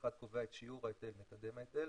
כי אחד קובע את שיעור ההיטל ומקדם ההיטל,